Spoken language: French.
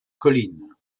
colline